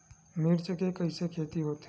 मिर्च के कइसे खेती होथे?